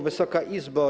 Wysoka Izbo!